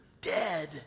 Dead